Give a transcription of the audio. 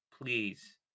please